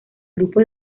grupo